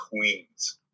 Queens